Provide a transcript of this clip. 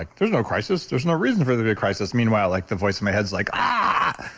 like there's no crisis. there's no reason for the big crisis. meanwhile, like the voice in my head is like, ah,